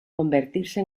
convertirse